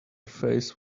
face